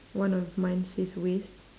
one of mine says waste